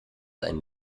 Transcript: einen